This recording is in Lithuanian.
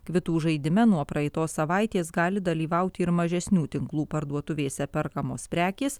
kvitų žaidime nuo praeitos savaitės gali dalyvauti ir mažesnių tinklų parduotuvėse perkamos prekės